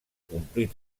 complir